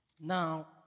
Now